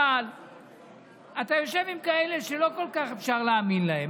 אבל אתה יושב עם כאלה שלא כל כך אפשר להאמין להם,